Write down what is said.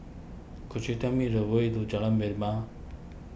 could you tell me the way to Jalan